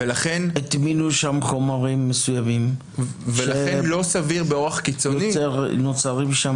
הטמינו שם חומרים מסוימים, שנוצרת שם